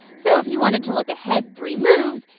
so if you wanted to look ahead three moves,